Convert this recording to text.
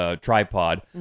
tripod